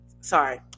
Sorry